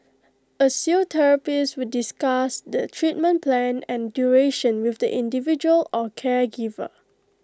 A physiotherapist would discuss the treatment plan and duration with the individual or caregiver